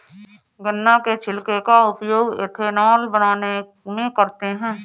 गन्ना के छिलके का उपयोग एथेनॉल बनाने में करते हैं